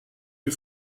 you